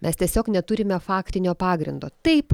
mes tiesiog neturime faktinio pagrindo taip